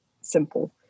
simple